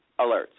alerts